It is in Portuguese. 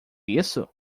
isso